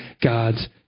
god's